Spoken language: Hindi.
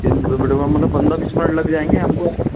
तीन किलोमीटर हाँ मतलब है पंद्रह बीस मिनट लग जाएँगे हमको